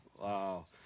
Wow